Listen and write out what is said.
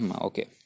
Okay